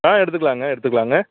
ஆ எடுத்துக்கலாங்க எடுத்துக்கலாங்க